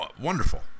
wonderful